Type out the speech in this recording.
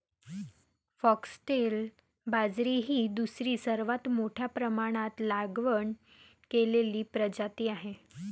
foxtail बाजरी ही दुसरी सर्वात मोठ्या प्रमाणात लागवड केलेली प्रजाती आहे